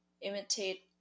imitate